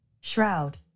Shroud